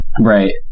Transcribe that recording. Right